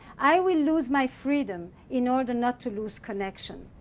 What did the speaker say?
i will lose my freedom in order not to lose connection.